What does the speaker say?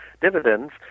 dividends